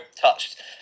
touched